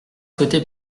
souhaité